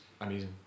amazing